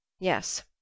Yes